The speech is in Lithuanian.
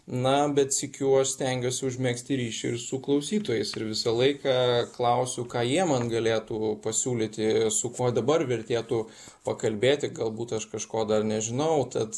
na bet sykiu aš stengiuosi užmegzti ryšį su klausytojais ir visą laiką klausiu ką jie man galėtų pasiūlyti su kuo dabar vertėtų pakalbėti galbūt aš kažko dar nežinau tad